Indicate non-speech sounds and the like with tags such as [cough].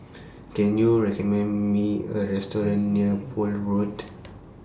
Can YOU recommend Me A Restaurant near Poole Road [noise]